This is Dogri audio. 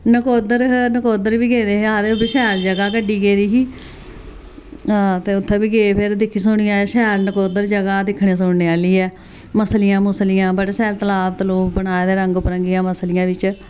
नकोदर नकोदर बी गेदे आखदे ओह् बी शैल जगह् ऐ गड्डी गेदी ही ते आं उ'त्थें बी गे फिर दिक्खी सुनी आए शैल नकोदर जगह् दिक्खने सुनने आहली ऐ मसलियां मुसलियां बड़े शैल तलाब तलूब बनाए दे रंग बरंगियां मसलियां बिच